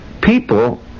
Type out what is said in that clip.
people